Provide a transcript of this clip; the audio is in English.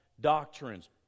doctrines